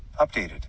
Updated